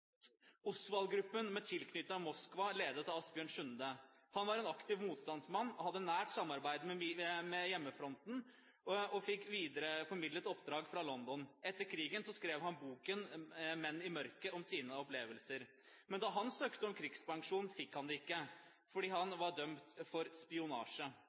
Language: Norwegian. med tilknytning til Moskva ble ledet av Asbjørn Sunde. Han var en aktiv motstandsmann og hadde et nært samarbeid med Hjemmefronten, og han fikk videreformidlet oppdrag fra London. Etter krigen skrev han boken «Menn i mørket» om sine opplevelser. Men da han søkte om krigspensjon, fikk han det ikke fordi han var dømt for spionasje